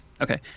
Okay